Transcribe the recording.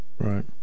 Right